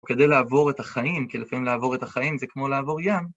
וכדי לעבור את החיים, כי לפעמים לעבור את החיים זה כמו לעבור ים.